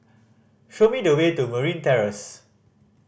show me the way to Marine Terrace